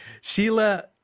Sheila